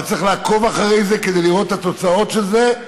אבל צריך לעקוב אחרי זה כדי לראות את התוצאות של זה,